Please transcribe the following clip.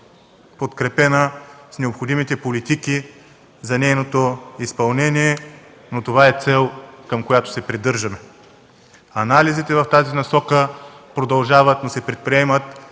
подкрепена с необходимите политики за нейното изпълнение, но това е цел, към която се придържаме. Анализите в тази насока продължават, но се предприемат